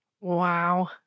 Wow